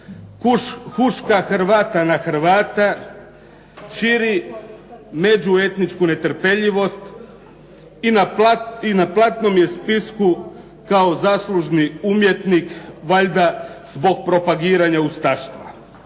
huška Hrvata na Hrvata, širi međuetničku netrpeljivost i na platnom je spisku kao zaslužni umjetnik valjda zbog propagiranja ustaštva.